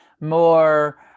more